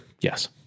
Yes